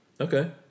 okay